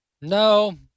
No